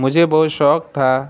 مجھے بہت شوق تھا